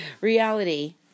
Reality